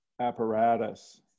apparatus